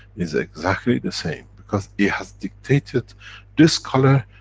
is exactly the same. because, it has dictated this color,